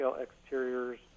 exteriors